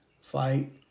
fight